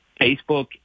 Facebook